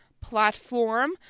platform